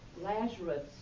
Lazarus